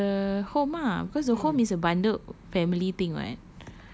no the home ah cause the home is a bundled family thing [what]